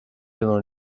devant